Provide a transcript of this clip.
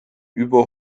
über